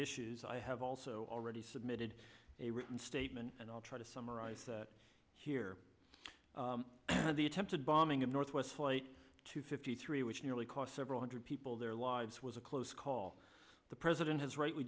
issues i have also already submitted a written statement and i'll try to summarize here the attempted bombing of northwest flight two fifty three which nearly cost several hundred people their lives was a close call the president has rightly